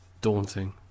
daunting